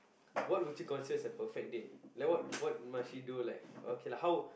what would you consider as a perfect date like what what must she do like okay lah how